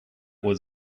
was